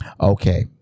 Okay